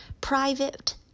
private